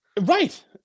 right